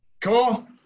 Cool